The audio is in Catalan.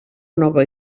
nova